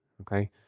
okay